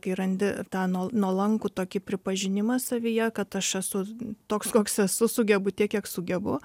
kai randi tą nuo nuolankų tokį pripažinimą savyje kad aš esu toks koks esu sugebu tiek kiek sugebu